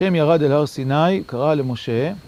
השם ירד אל הר סיני, קרא למשה